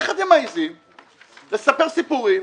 איך אתם מעיזים לספר סיפורים,